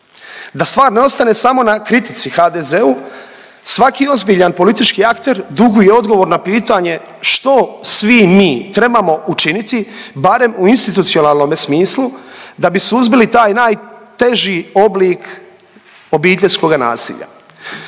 Da stvar ne ostane samo na kritici HDZ-u svaki ozbiljan politički akter duguje odgovor na pitanje što svi mi trebamo učiniti barem u institucionalnome smislu da bi suzbili taj najteži oblik obiteljskoga nasilja?